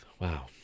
Wow